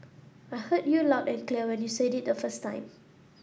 I heard you loud and clear when you said it the first time